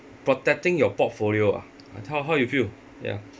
protecting your portfolio ah I tell how you feel ya